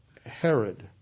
Herod